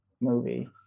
movie